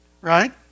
right